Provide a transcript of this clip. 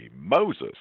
Moses